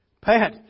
Pat